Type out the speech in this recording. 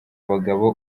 bagabo